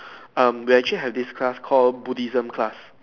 um we actually have this class call Buddhism class